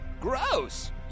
Gross